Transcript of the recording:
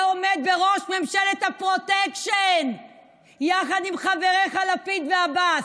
עומד בראש ממשלה הפרוטקשן יחד עם חבריך לפיד ועבאס.